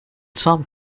some